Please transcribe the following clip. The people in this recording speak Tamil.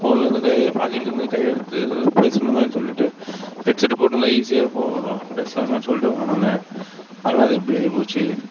ஃபோன்லேருந்து கை பாக்கெட்லேருந்து கையெடுத்து பேசணுமே சொல்லிட்டு ஹெட் செட் போட்டிருந்தா ஈஸியாக போ பேசலாமே சொல்லிட்டு வாங்கினேன் ஆனால் இது இப்படி ஆகிப்போச்சி